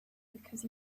because